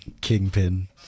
kingpin